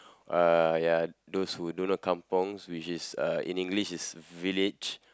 uh ya those who don't know kampung which is uh in English is village